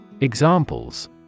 Examples